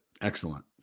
Excellent